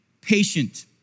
patient